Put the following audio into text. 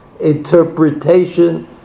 interpretation